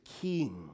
king